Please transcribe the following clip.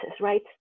right